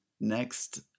next